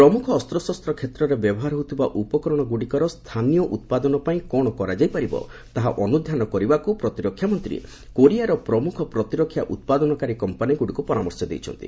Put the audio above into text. ପ୍ରମୁଖ ଅସ୍ତ୍ରଶସ୍ତ କ୍ଷେତ୍ରରେ ବ୍ୟବହାର ହେଉଥିବା ଉପକରଣଗୁଡ଼ିକର ସ୍ଥାନୀୟ ଉତ୍ପାଦନ ପାଇଁ କ'ଣ କରାଯାଇ ପାରିବ ତାହା ଅନୁଧ୍ୟାନ କରିବାକୁ ପ୍ରତିରକ୍ଷାମନ୍ତ୍ରୀ କୋରିଆର ପ୍ରମୁଖ ପ୍ରତିରକ୍ଷା ଉତ୍ପାଦନକାରୀ କମ୍ପାନିଗୁଡ଼ିକୁ ପରାମର୍ଶ ଦେଇଛନ୍ତି